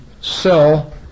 sell